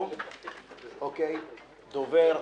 דובר,